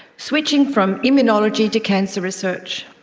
switching from immunology to cancer research.